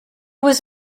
was